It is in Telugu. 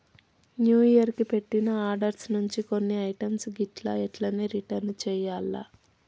న్యూ ఇయర్ కి పెట్టిన ఆర్డర్స్ నుంచి కొన్ని ఐటమ్స్ గిట్లా ఎంటనే రిటర్న్ చెయ్యాల్ల